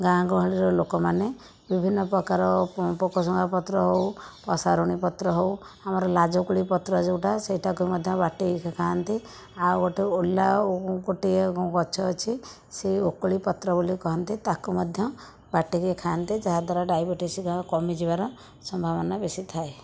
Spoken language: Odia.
ଗାଁ ଗହଳିର ଲୋକମାନେ ବିଭିନ୍ନ ପ୍ରକାର ପୋକସୁଙ୍ଗା ପତ୍ର ହେଉ ପ୍ରସାରୁଣୀ ପତ୍ର ହେଉ ଆମର ଲାଜକୁଳୀ ପତ୍ର ଯେଉଁଟା ସେ'ଟାକୁ ମଧ୍ୟ ବାଟିକି ଖାଆନ୍ତି ଆଉ ଗୋଟିଏ ଓଲା ଗୋଟିଏ ଗଛ ଅଛି ସେ ଓକଳି ପତ୍ର ବୋଲି କହନ୍ତି ତା'କୁ ମଧ୍ୟ ବାଟିକି ଖାଆନ୍ତି ଯାହା ଦ୍ୱାରା ଡାଏବେଟିସ କମି ଯିବାର ସମ୍ଭାବନା ବେଶିଥାଏ